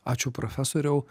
ačiū profesoriau